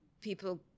people